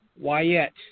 Wyatt